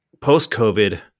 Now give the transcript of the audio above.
post-COVID